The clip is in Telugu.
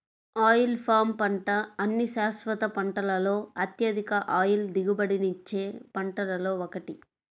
ఆయిల్ పామ్ పంట అన్ని శాశ్వత పంటలలో అత్యధిక ఆయిల్ దిగుబడినిచ్చే పంటలలో ఒకటి